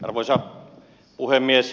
arvoisa puhemies